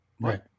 Right